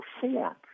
perform